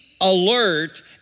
alert